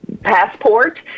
passport